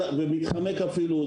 מתחמק אפילו.